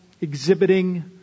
exhibiting